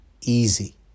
Easy